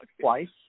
twice